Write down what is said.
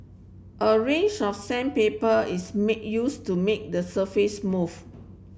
a range of sandpaper is make use to make the surface smooth